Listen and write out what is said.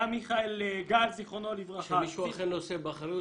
היה מיכאל גל ז"ל --- כשמישהו אחר נושא באחריות,